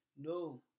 no